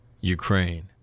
Ukraine